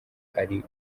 ari